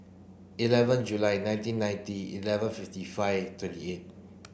eleven July nineteen ninety eleven fifty five twenty eight